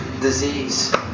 Disease